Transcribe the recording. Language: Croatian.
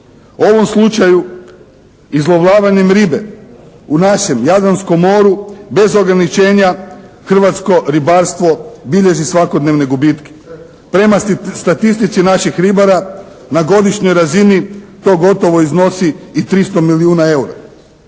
ovom slučaju izlovljavanjem ribe u našem Jadranskom moru bez ograničenja, hrvatsko ribarstvo bilježi svakodnevne gubitke. Prema statistici naših ribara na godišnjoj razini to gotovo iznosi i 300 milijuna eura.